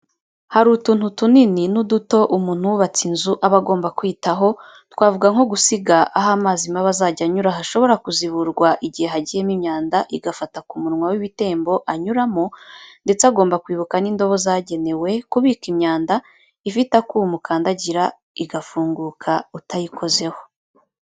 Hari utuntu tunini n'uduto umuntu wubatse inzu aba agomba kwitaho, twavuga nko gusiga aho amazi mabi azajya anyura hashobora kuziburwa igihe hagiyemo imyanda igafata ku munywa w'ibitembo anyuramo, ndetse agomba kwibuka n'indobo zagenewe kubika imyanda, ifite akuma ukandagira igafunguka utayikozeho.